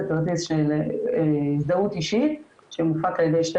זה כרטיס הזדהות אישית שמופק על ידי שתי